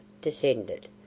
descended